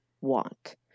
want